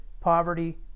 poverty